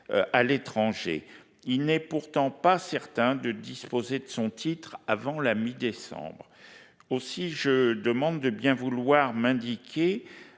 à l'étranger. Il n'est pourtant pas certain de disposer de son titre avant la mi-décembre. Aussi, je vous demande de bien vouloir m'indiquer